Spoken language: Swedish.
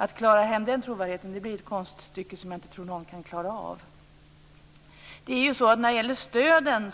Att bevara den trovärdigheten blir ett konststycke som nog ingen klarar av. När det gäller stöden